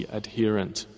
adherent